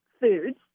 foods